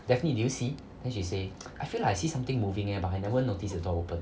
daphne do you see then she say I feel like I see something moving eh but I never notice the door open